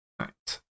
Right